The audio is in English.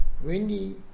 Wendy